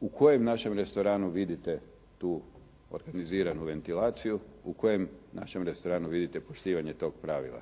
U kojem našem restoranu vidite tu organiziranu ventilaciju, u kojem našem restoranu vidite poštivanje tog pravila?